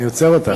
אני עוצר אותך.